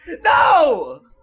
no